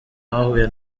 bahuye